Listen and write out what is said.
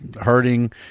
hurting